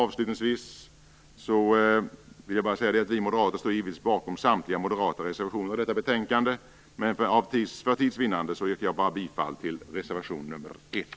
Vi moderater står givetvis bakom samtliga moderata reservationer till detta betänkande, men för tids vinnande yrkar jag bifall bara till reservation nr 1.